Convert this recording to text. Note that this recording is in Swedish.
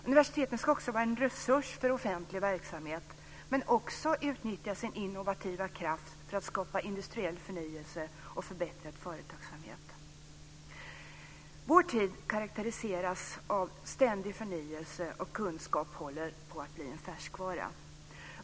Universiteten ska också vara en resurs för offentlig verksamhet, men också utnyttja sin innovativa kraft för att skapa industriell förnyelse och förbättrad företagsamhet. Vår tid karakteriseras av ständig förnyelse, och kunskap håller på att bli en färskvara.